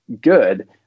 good